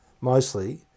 mostly